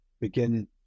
begin